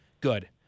Good